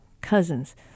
cousins